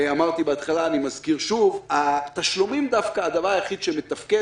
אמרתי בהתחלה ואני מזכיר שוב: הדבר היחיד שמתפקד